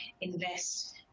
invest